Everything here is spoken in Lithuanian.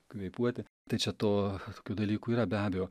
kvėpuoti tai čia to tokių dalykų yra be abejo